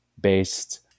based